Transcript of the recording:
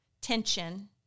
tension